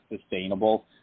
sustainable